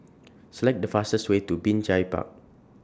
Select The fastest Way to Binjai Park